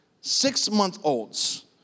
Six-month-olds